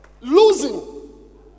losing